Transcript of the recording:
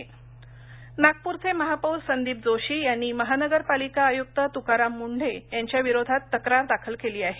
तक्रार नागपूरचे महापौर संदीप जोशी यांनी महानगर पालिका आयुक्त तुकाराम मुंढे यांच्या विरोधात तक्रार दाखल केली आहे